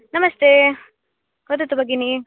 नमस्ते वदतु भगिनी